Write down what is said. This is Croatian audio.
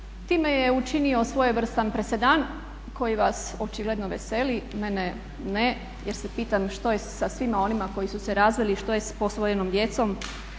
time je učinio svojevrstan presedan koji vas očigledno veseli, mene ne jer se pitam što je sa svima onima koji su se razveli i što je s posvojenom djecom.